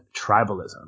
tribalism